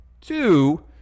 Two